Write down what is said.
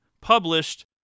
published